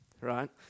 right